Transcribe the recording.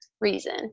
reason